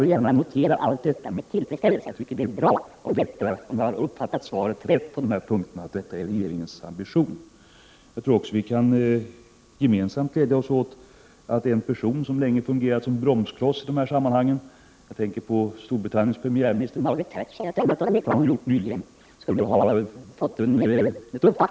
Jag noterar allt detta med tillfredsställelse; jag tycker det är bra om jag får bekräftat att jag på dessa punkter har uppfattat svaret rätt vad gäller regeringens ambitioner. Jag tror också att vi gemensamt kan glädja oss åt att en person som i de här sammanhangen länge fungerat som bromskloss — jag tänker på Storbritanniens premiärminister Margaret Thatcher — att döma av de uttalanden hon nyligen gjort skulle ha vaknat upp i miljöfrågorna.